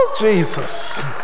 Jesus